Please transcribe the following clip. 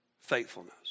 faithfulness